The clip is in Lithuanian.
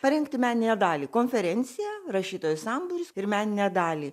parengti meninę dalį konferenciją rašytojų sambūris ir meninę dalį